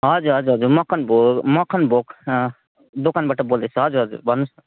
हजुर हजुर मखन भोग मखन भोग दोकानबाट बोल्दैछु हजुर हजुर भन्नुहोस् न